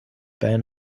bei